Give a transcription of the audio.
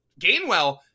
Gainwell